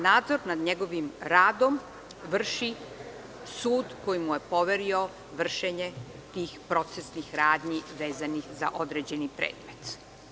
Nadzor nad njegovim radom vrši sud koji mu je poverio vršenje tih procesnih radnji vezanih za određeni predmet.